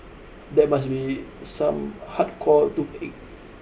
that must be some hardcore toothache